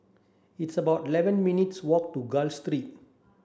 it's about eleven minutes' walk to Gul Street